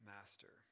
master